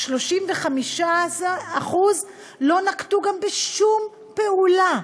35% לא נקטו שום פעולה.